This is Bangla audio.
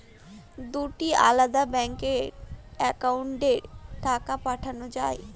দুটি আলাদা ব্যাংকে অ্যাকাউন্টের টাকা পাঠানো য়ায়?